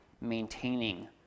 maintaining